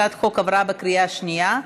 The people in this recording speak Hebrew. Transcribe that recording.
הצעת החוק עברה בקריאה השנייה.